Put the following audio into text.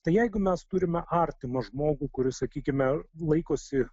tai jeigu mes turime artimą žmogų kuris sakykime laikosi